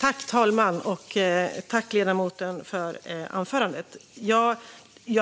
Fru talman! Tack, ledamoten, för anförandet! Jag